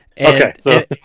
Okay